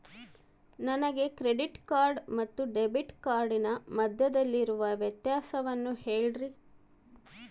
ನನಗೆ credit card ಮತ್ತು debit ಕಾರ್ಡಿನ ಮಧ್ಯದಲ್ಲಿರುವ ವ್ಯತ್ಯಾಸವನ್ನು ಹೇಳ್ರಿ?